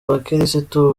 bakirisitu